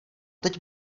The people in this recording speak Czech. teď